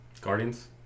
Guardians